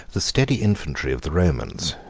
the steady infantry of the romans,